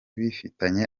bifitanye